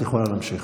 את יכולה להמשיך.